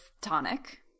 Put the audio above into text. tonic